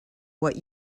what